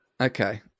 Okay